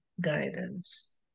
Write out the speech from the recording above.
guidance